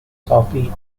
salty